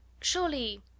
Surely-